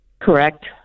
Correct